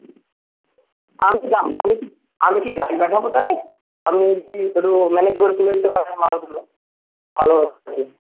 আমি কি আমি কি আমি কি গাড়ি পাঠাবো তাহলে আপনি কি একটু ম্যানেজ করে তুলে দিতে পারতেন মালগুলো ভালো হতো